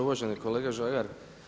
Uvaženi kolega Žagar.